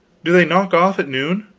do they knock off at noon?